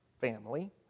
family